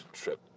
trip